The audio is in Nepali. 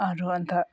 अरू अन्त